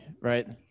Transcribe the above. right